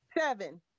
Seven